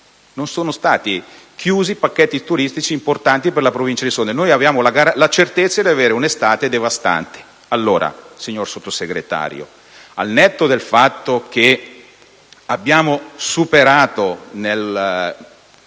non essendo stati chiusi pacchetti turistici importanti per la Provincia, siamo certi di avere un'estate devastante. Allora, signor Sottosegretario, al netto del fatto che abbiamo superato in